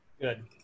Good